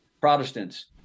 Protestants